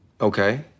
Okay